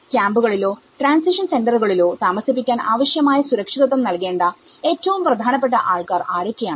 ക്യാമ്പുകളിലോ transition സെന്ററുകളിലോ താമസിപ്പിക്കാൻ ആവശ്യമായ സുരക്ഷിതത്വം നൽകേണ്ട ഏറ്റവും പ്രധാനപ്പെട്ട ആൾക്കാർ ആരൊക്കെയാണ്